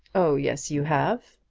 oh yes, you have.